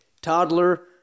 toddler